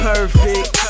Perfect